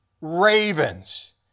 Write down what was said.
ravens